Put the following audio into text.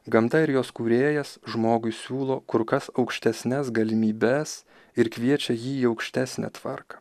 gamta ir jos kūrėjas žmogui siūlo kur kas aukštesnes galimybes ir kviečia jį į aukštesnę tvarką